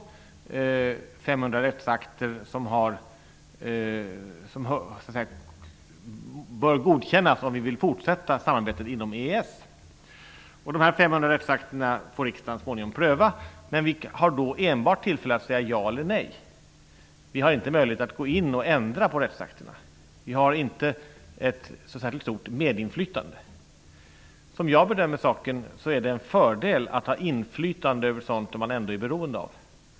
Det är 500 rättsakter som bör godkännas om vi vill fortsätta samarbetet inom EES. Dessa 500 rättsakter får riksdagen pröva så småningom. Då har vi enbart tillfälle att säga ja eller nej. Vi har inte möjlighet att gå in och ändra i rättsakterna. Vi har inte något särskilt stort medinflytande. Jag bedömer att det är en fördel att ha inflytande över saker som man är beroende av.